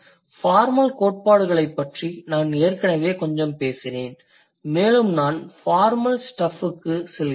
formal கோட்பாடுகளைப் பற்றி நான் ஏற்கனவே கொஞ்சம் பேசினேன் மேலும் நான் ஃபார்மல் ஸ்டஃப்க்குச் செல்கிறேன்